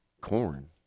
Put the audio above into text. Corn